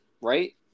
right